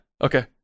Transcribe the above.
Okay